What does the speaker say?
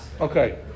Okay